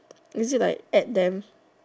is it like add them